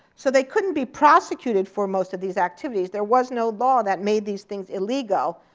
so they couldn't be prosecuted for most of these activities. there was no law that made these things illegal,